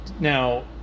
now